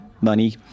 money